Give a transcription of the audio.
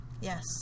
yes